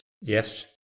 Yes